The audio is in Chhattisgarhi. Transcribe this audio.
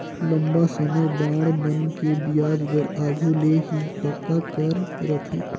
लंबा समे बांड मन के बियाज दर आघु ले ही पक्का कर रथें